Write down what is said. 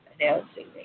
announcing